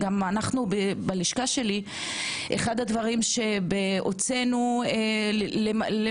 אחד הדברים שעשינו בלשכה שלי זה שהוצאנו מחקר